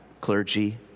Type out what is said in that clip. clergy